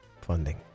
Funding